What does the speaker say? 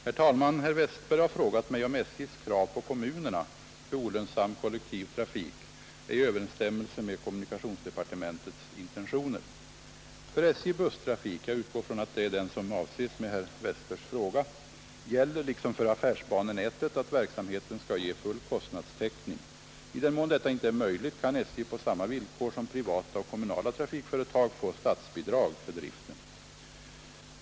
Herr talman! Herr Westberg i Ljusdal har frågat mig om SJ:s krav på kommunerna för olönsam kollektiv trafik är i överensstämmelse med kommunikationsdepartementets intentioner. För SJ:s busstrafik — jag utgår från att det är den som avses med herr Westbergs fråga — gäller, liksom för affärsbanenätet, att verksamheten skall ge full kostnadstäckning. I den mån detta inte är möjligt kan SJ på samma villkor som privata och kommunala trafikföretag få statsbidrag för driften.